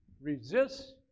Resist